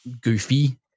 goofy